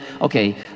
okay